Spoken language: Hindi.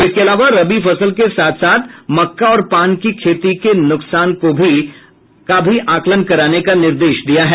इसके अलावा रबी फसल के साथ साथ मक्का और पान की खेती के नुकसान का भी आकलन कराने का निर्देश दिया है